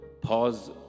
Pause